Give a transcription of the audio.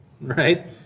right